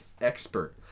expert